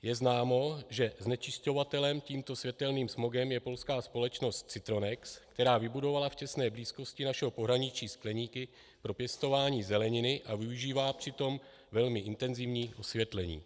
Je známo, že znečišťovatelem tímto světelným smogem je polská společnost Cintronex, která vybudovala v těsné blízkosti našeho pohraničí skleníky pro pěstování zeleniny a využívá při tom velmi intenzivní osvětlení.